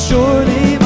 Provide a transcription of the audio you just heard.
Surely